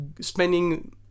spending